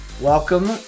Welcome